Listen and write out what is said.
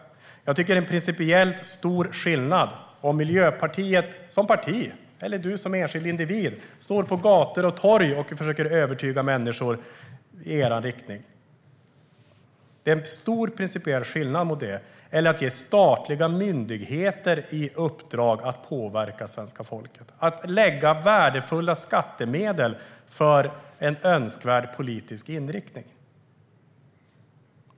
Jag tycker att det är en principiellt stor skillnad mellan att Miljöpartiet som parti eller du som enskild individ står på gator och torg och försöker övertyga människor i er riktning och att man ger statliga myndigheter i uppdrag att påverka svenska folket och lägger värdefulla skattemedel för att få en önskvärd politisk inriktning.